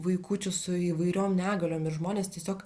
vaikučių su įvairiom negaliom ir žmonės tiesiog